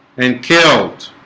and killed